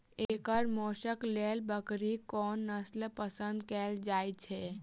एकर मौशक लेल बकरीक कोन नसल पसंद कैल जाइ छै?